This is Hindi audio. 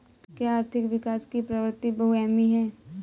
क्या आर्थिक विकास की प्रवृति बहुआयामी है?